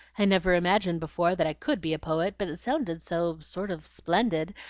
i never imagined before that i could be a poet but it sounded so sort of splendid,